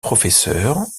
professeurs